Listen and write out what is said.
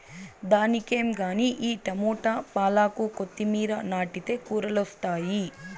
దానికేం గానీ ఈ టమోట, పాలాకు, కొత్తిమీర నాటితే కూరలొస్తాయి